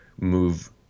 move